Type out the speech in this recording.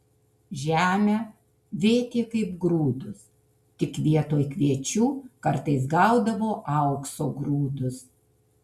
žemę vėtė kaip grūdus tik vietoj kviečių kartais gaudavo aukso grūdus